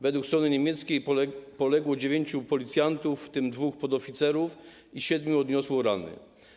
Według strony niemieckiej poległo dziewięciu policjantów, w tym dwóch podoficerów, i siedmiu odniosło rany.